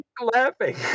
laughing